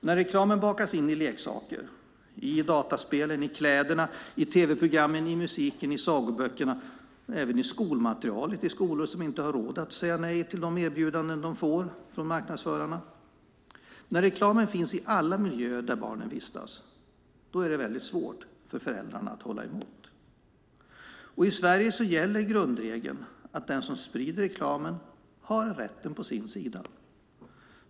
När reklamen bakas in i leksaker, i dataspel, i kläder, i tv-program, i musik, i sagoböcker och även i skolmaterial i skolor som inte har råd att säga nej till de erbjudanden de får från marknadsförarna, och när reklamen finns i alla miljöer där barnen vistas är det väldigt svårt för föräldrarna att hålla emot. I Sverige gäller grundregeln att den som sprider reklamen har rätten på sin sida.